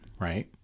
Right